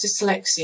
dyslexia